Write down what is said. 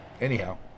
Anyhow